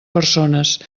persones